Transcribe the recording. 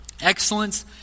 Excellence